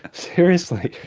seriously,